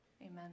Amen